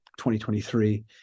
2023